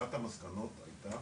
אחת המסקנות הייתה